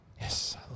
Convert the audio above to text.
Yes